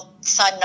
son